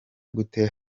gute